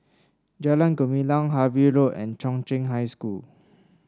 Jalan Gumilang Harvey Road and Chung Cheng High School